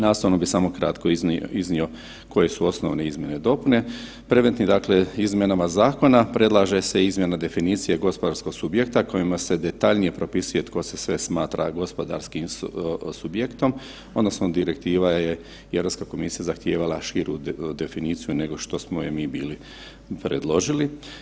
Nastavno bih samo kratko iznio koje su osnovne izmjene i dopune. … izmjenama zakona predlaže se izmjena definicije gospodarskog subjekta kojima se detaljnije propisuje tko se sve smatra gospodarskim subjektom odnosno direktiva je i Europska komisija zahtijevala širu definiciju nego što smo je mi bili predložili.